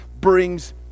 brings